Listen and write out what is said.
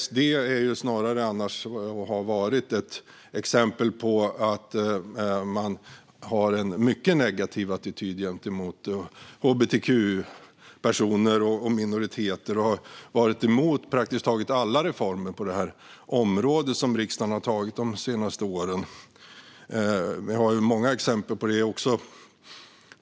SD har ju annars snarare visat en mycket negativ attityd gentemot hbtq-personer och minoriteter. Man har varit emot praktiskt taget alla reformer på området som riksdagen har beslutat de senaste åren. Vi har många exempel på det.